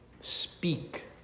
speak